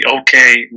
okay